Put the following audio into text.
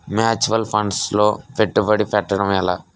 Mutual funds లో పెట్టుబడి పెట్టడం ఎలా?